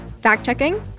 Fact-checking